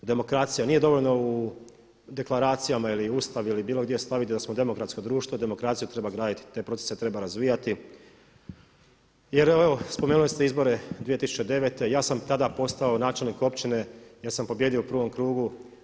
Demokracija nije dovoljno u deklaracijama ili u Ustav ili bilo gdje … da smo demografsko društvo, demokraciju treba graditi, taj proces se treba razvijati jel evo spomenuli ste izbore 2009. ja sam tada postao načelnik općine jer sam pobijedio u prvom krugu.